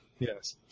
Yes